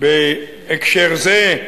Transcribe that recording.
בהקשר זה,